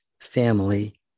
family